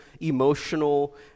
emotional